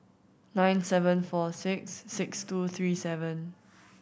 nine seven four six six two three seven